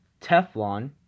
Teflon